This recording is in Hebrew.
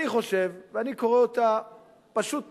אני לא חושב, ואני קורא אותה פשוט פשוט,